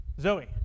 Zoe